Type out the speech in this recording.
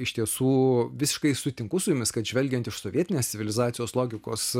iš tiesų visiškai sutinku su jumis kad žvelgiant iš sovietinės civilizacijos logikos